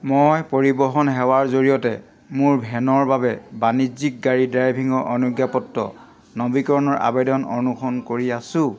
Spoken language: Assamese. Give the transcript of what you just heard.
মই পৰিৱহণ সেৱাৰ জৰিয়তে মোৰ ভেনৰ বাবে বাণিজ্যিক গাড়ী ড্ৰাইভিংৰ অনুজ্ঞাপত্ৰ নৱীকৰণৰ আবেদন অনুসৰণ কৰি আছোঁ